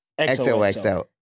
XOXO